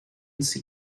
sea